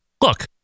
look